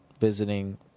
visiting